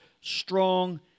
strong